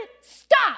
stop